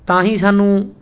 ਤਾਂ ਹੀ ਸਾਨੂੰ